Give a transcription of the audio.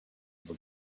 able